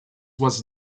was